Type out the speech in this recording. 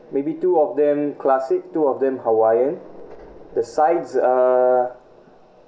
maybe two of them classic two of them hawaiian the sides uh